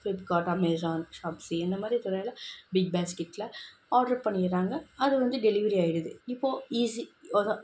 Flipkart Amazon Shopsy இந்தமாதிரி துறையில big பேஸ்கெட்ல ஆடர் பண்ணிடுறாங்க அது வந்து டெலிவரி ஆயிடுது இப்போது ஈஸி ஒரு